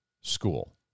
school